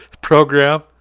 program